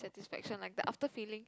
satisfaction like the after feeling